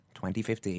2015